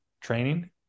training